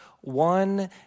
one